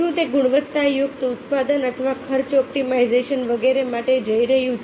શું તે ગુણવત્તાયુક્ત ઉત્પાદન અથવા ખર્ચ ઑપ્ટિમાઇઝેશન વગેરે માટે જઈ રહ્યું છે